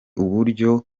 uburyo